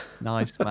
Nice